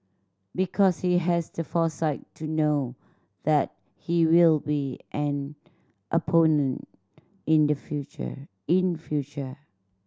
because he has the foresight to know that he will be an opponent in the future in future